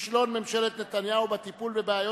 כישלון ממשלת נתניהו בטיפול בבעיות